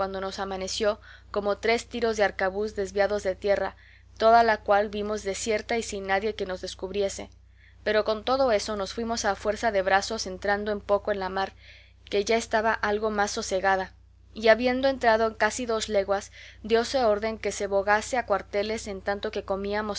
nos amaneció como tres tiros de arcabuz desviados de tierra toda la cual vimos desierta y sin nadie que nos descubriese pero con todo eso nos fuimos a fuerza de brazos entrando un poco en la mar que ya estaba algo más sosegada y habiendo entrado casi dos leguas diose orden que se bogase a cuarteles en tanto que comíamos